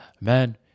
man